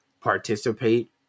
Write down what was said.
participate